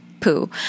poo